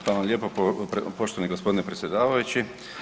Hvala vam lijepo poštovani gospodine predsjedavajući.